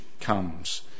comes